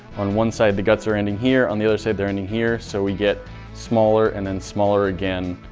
on one side, the guts are ending here, on the other side they're ending here. so we get smaller and then smaller again,